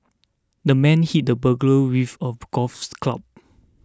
the man hit the burglar with a golf club